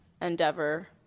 endeavor